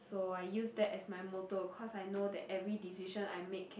so I use that as my motto because I know that every decision I make can